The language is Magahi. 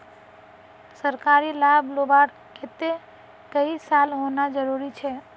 सरकारी लाभ लुबार केते कई साल होना जरूरी छे?